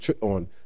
on